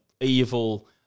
evil